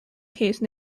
case